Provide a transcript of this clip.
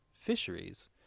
fisheries